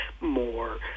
more